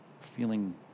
Feeling